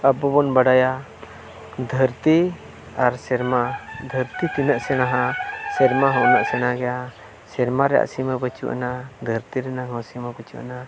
ᱟᱵᱚ ᱵᱚᱱ ᱵᱟᱰᱟᱭᱟ ᱫᱷᱟᱹᱨᱛᱤ ᱟᱨ ᱥᱮᱨᱢᱟ ᱫᱷᱟᱹᱨᱛᱤ ᱛᱤᱱᱟᱹᱜ ᱥᱮᱬᱟᱣᱟ ᱥᱮᱨᱢᱟ ᱦᱚᱸ ᱩᱱᱟᱹᱜ ᱥᱮᱬᱟ ᱜᱮᱭᱟ ᱥᱮᱨᱢᱟ ᱨᱮᱭᱟᱜ ᱥᱤᱢᱟᱹ ᱵᱟᱹᱱᱩᱜ ᱟᱱᱟᱜ ᱫᱷᱟᱹᱨᱛᱤ ᱨᱮᱱᱟᱜ ᱦᱚᱸ ᱥᱤᱢᱟᱹ ᱵᱟᱹᱱᱩᱜ ᱟᱱᱟᱜ